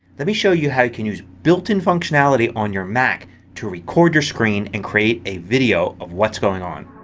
let me show you how you can use built in functionality on your mac to record your screen and create a video of what's going on.